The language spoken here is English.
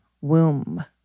womb